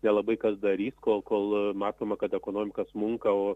nelabai kas darys kol kol matoma kad ekonomika smunka o